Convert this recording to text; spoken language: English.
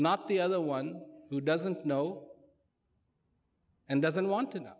not the other one who doesn't know and doesn't want to know